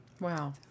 Wow